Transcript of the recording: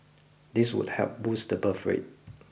this would help boost the birth rate